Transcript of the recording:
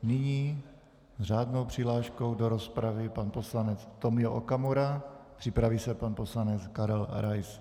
Nyní s řádnou přihláškou do rozpravy pan poslanec Tomio Okamura, připraví se pan poslanec Karel Rais.